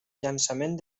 llançament